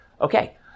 Okay